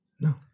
No